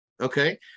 Okay